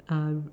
uh